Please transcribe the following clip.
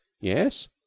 Yes